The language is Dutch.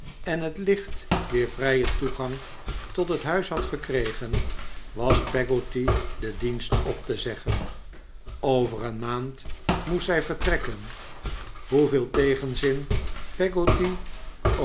en het licht weer vrij en toegang tot het huis had verkregen was peggotty den dienst op te zeggen over een maand moest zij vertrekken hoeveel tegenzin